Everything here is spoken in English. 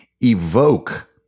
evoke